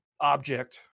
object